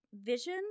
vision